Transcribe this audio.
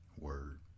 word